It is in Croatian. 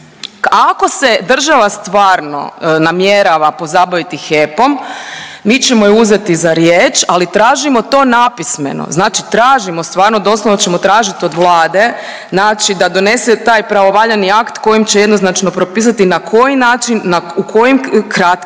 Ako se država stvarno namjerava pozabaviti HEP-om mi ćemo je uzeti za riječ, ali tražimo to napismeno. Znači tražimo stvarno, doslovno ćemo tražiti od Vlade znači da donese taj pravovaljani akt kojim će jednoznačno propisati na koji način, u kojim kratkim